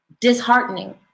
disheartening